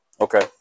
Okay